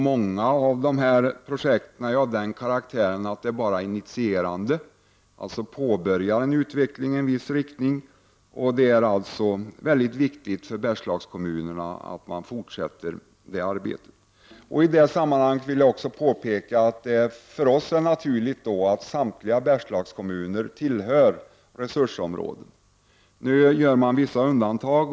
Många av projekten är till karaktären enbart initierande projekt — de är alltså till för att påbörja en utveckling i en viss riktning. Således är det mycket viktigt för Bergslagskommunerna . att arbetet kan fortsätta. I det sammanhanget vill jag påpeka att det för oss är naturligt att samtliga Bergslagskommuner tillhör resursområden. Nu görs vissa undantag.